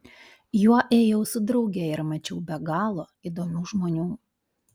juo ėjau su drauge ir mačiau be galo įdomių žmonių